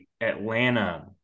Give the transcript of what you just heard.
Atlanta